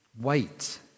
wait